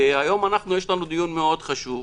היום יש לנו דיון מאוד חשוב.